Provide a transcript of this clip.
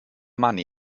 money